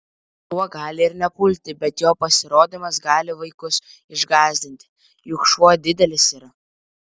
šuo gali ir nepulti bet jo pasirodymas gali vaikus išgąsdinti juk šuo didelis yra